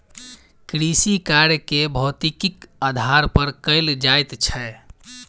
कृषिकार्य के भौतिकीक आधार पर कयल जाइत छै